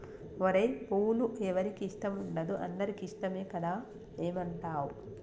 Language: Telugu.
ఓరై పూలు ఎవరికి ఇష్టం ఉండదు అందరికీ ఇష్టమే కదా ఏమంటావ్